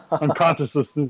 unconsciousness